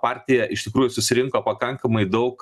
partija iš tikrųjų susirinko pakankamai daug